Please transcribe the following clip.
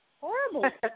horrible